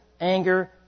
anger